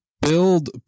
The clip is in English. build